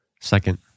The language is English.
second